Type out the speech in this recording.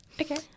Okay